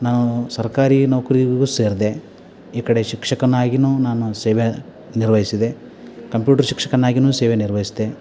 ನಾವು ಸರ್ಕಾರಿ ನೌಕರಿಗೂ ಸೇರಿದೆ ಈ ಕಡೆ ಶಿಕ್ಷಕನಾಗಿಯೂ ನಾನು ಸೇವೆ ನಿರ್ವಯಿಸಿದೆ ಕಂಪ್ಯೂಟ್ರು ಶಿಕ್ಷಕನಾಗಿನೂ ಸೇವೆ ನಿರ್ವಹಿಸ್ದೆ